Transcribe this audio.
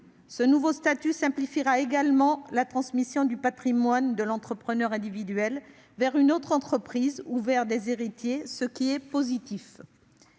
Ce nouveau statut simplifiera également la transmission du patrimoine de l'entrepreneur individuel vers une autre entreprise ou vers l'un de ses héritiers, ce qui est positif.